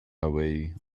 away